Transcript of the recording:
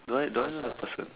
do I do I know the person